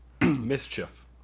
Mischief